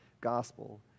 gospel